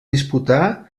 disputar